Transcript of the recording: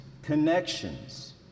Connections